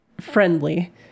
friendly